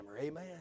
Amen